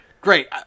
Great